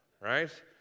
right